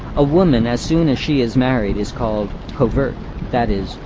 a woman as soon as she is married is called covert that is,